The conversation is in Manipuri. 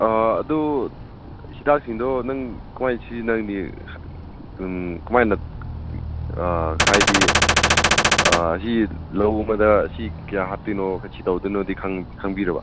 ꯑꯥ ꯑꯗꯨ ꯍꯤꯗꯥꯛꯁꯤꯡꯗꯣ ꯅꯪ ꯀꯃꯥꯏ ꯁꯤꯖꯤꯟꯅꯒꯅꯤ ꯎꯝ ꯀꯃꯥꯏꯅ ꯍꯥꯏꯗꯤ ꯁꯤ ꯂꯧꯕꯗ ꯁꯤ ꯀꯌꯥ ꯍꯥꯞꯇꯣꯏꯅꯣ ꯁꯤ ꯇꯧꯗꯣꯏꯅꯣꯗꯤ ꯈꯪꯕꯤꯔꯕ꯭ꯔꯥ